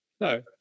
no